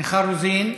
מיכל רוזין,